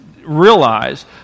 realize